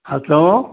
हा चयो